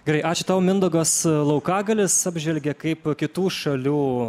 gerai ačiū tau mindaugas laukagalis apžvelgė kaip kitų šalių